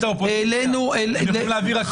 הם יכולים להעביר הכול, אין להם בעיה.